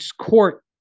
Court